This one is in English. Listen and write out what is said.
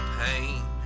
pain